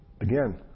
Again